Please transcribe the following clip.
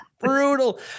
brutal